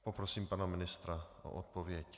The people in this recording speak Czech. Poprosím pana ministra o odpověď.